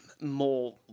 more